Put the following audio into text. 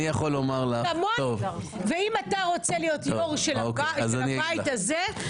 אני יכול לומר לך --- ואם אתה רוצה להיות יושב-ראש של הבית הזה,